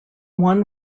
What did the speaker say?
one